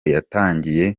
yatangiye